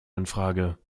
infrage